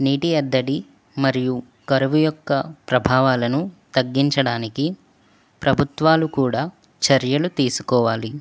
నీటి ఎద్దడి మరియు కరువు యొక్క ప్రభావాలను తగ్గించడానికి ప్రభుత్వాలు కూడా చర్యలు తీసుకోవాలి